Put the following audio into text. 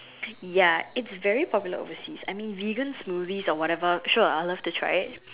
ya it's very popular overseas I mean vegan smoothies or whatever sure I'd love to try it